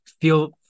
feel